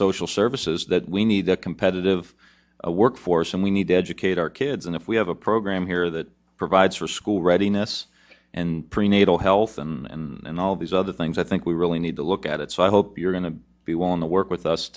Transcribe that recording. social services that we need a competitive workforce and we need to educate our kids and if we have a program here that provides for school readiness and prenatal health and all these other things i think we really need to look at it so i hope you're going to be want to work with us